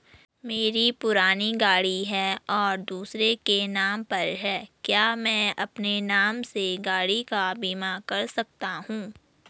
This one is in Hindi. मेरी पुरानी गाड़ी है और दूसरे के नाम पर है क्या मैं अपने नाम से गाड़ी का बीमा कर सकता हूँ?